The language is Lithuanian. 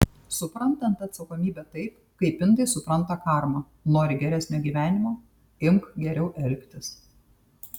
suprantant atsakomybę taip kaip indai supranta karmą nori geresnio gyvenimo imk geriau elgtis